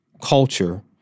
culture